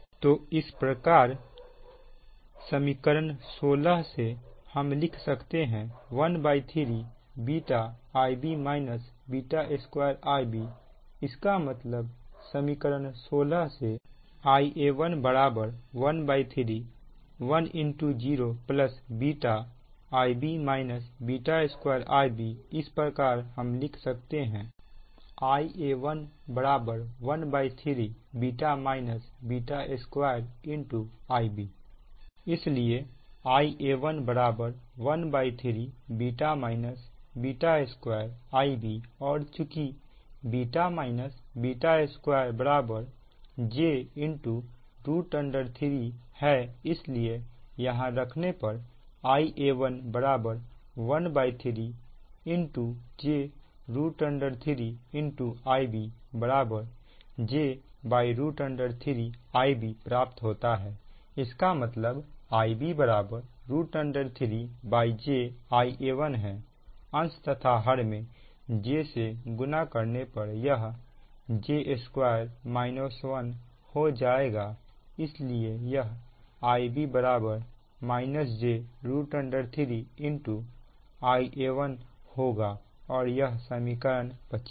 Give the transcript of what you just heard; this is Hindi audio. तो इस प्रकार समीकरण 16 से हम लिख सकते हैं 13 β Ib β2 Ib इसका मतलब समीकरण 16 से Ia1 13 10 β Ib β2 Ib इस प्रकार हम लिख सकते हैं Ia113 β β2 Ib इसलिए Ia1 13 β β2 Ib और चुकी β β2 j3 है इसलिए यहां रखने पर Ia1 13 j3 Ib j3 Ib प्राप्त होता है इसका मतलब Ib 3j Ia1 है अंश तथा हर में j से गुणा करने पर यह j2 1 हो जाएगा इसलिए यह Ib j 3 Ia1 होगा और यह समीकरण 25 है